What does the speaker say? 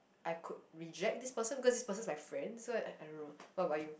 I could reject this person because this person is my friend so I don't know what about you